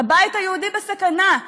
הבית היהודי בסכנה,